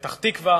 פתח-תקווה,